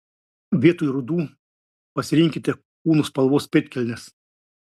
vietoj rudų pasirinkite kūno spalvos pėdkelnes